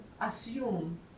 assume